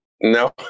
no